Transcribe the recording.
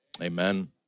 Amen